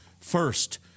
first